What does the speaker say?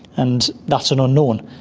and that's an unknown.